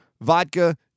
vodka